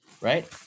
right